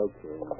Okay